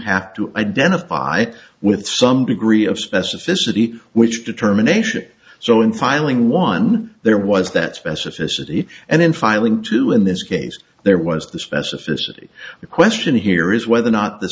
have to identify with some degree of specificity which determination so in filing one there was that specificity and in filing two in this case there was the specificity the question here is whether or not the